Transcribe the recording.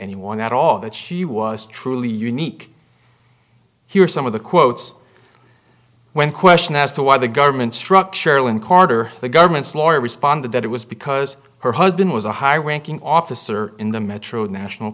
anyone at all that she was truly unique here are some of the quotes when questioned as to why the government structure in court or the government's lawyer responded that it was because her husband was a high ranking officer in the metro national